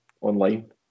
online